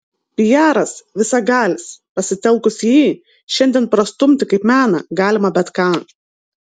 piaras visagalis pasitelkus jį šiandien prastumti kaip meną galima bet ką